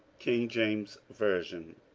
king james version,